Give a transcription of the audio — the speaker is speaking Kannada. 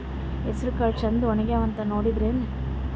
ಹೆಸರಕಾಳು ಛಂದ ಒಣಗ್ಯಾವಂತ ನೋಡಿದ್ರೆನ?